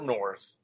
North